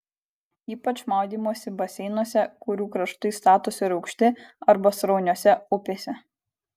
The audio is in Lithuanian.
ypač maudymosi baseinuose kurių kraštai statūs ir aukšti arba srauniose upėse